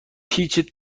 پیچ